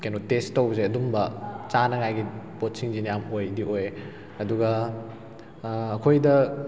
ꯀꯩꯅꯣ ꯇꯦꯁ ꯇꯧꯕꯁꯦ ꯑꯗꯨꯝꯕ ꯆꯥꯅꯉꯥꯏꯒꯤ ꯄꯣꯠꯁꯤꯡꯁꯤꯅ ꯌꯥꯝ ꯑꯣꯏꯗꯤ ꯑꯣꯏꯌꯦ ꯑꯗꯨꯒ ꯑꯩꯈꯣꯏꯗ